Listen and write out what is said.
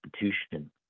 institution